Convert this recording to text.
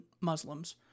Muslims